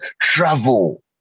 travel